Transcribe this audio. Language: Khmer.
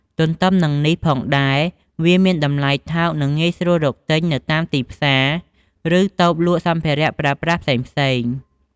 ទន្ទឹមនឹងនេះផងដែរ វាមានតម្លៃថោក និងងាយស្រួលរកទិញ នៅតាមទីផ្សារ ឬតូបលក់សម្ភារៈប្រើប្រាស់ផ្សេងៗ។